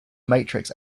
matrix